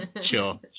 Sure